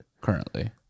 currently